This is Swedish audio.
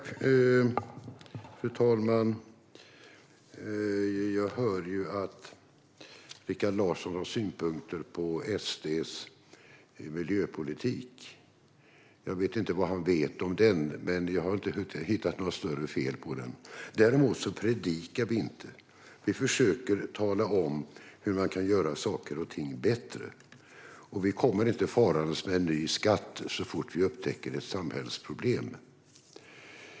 Fru talman! Jag hör att Rikard Larsson har synpunkter på SD:s miljöpolitik. Jag vet inte vad han vet om den, men jag har inte hittat några större fel på den. Däremot predikar vi inte. Vi försöker tala om hur man kan göra saker och ting bättre. Vi kommer inte farandes med en ny skatt så fort vi upptäcker ett samhällsproblem.